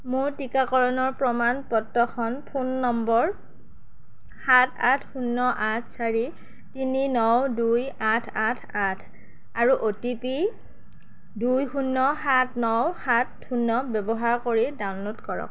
মোৰ টিকাকৰণৰ প্ৰমাণ পত্ৰখন ফোন নম্বৰ সাত আঠ শূন্য আঠ চাৰি তিনি ন দুই আঠ আঠ আঠ আৰু অ' টি পি দুই শূন্য সাত ন সাত শূন্য ব্যৱহাৰ কৰি ডাউনলোড কৰক